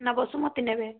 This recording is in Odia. ନା ବାସୁମତି ନେବେ